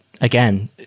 again